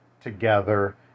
together